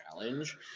challenge